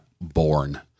born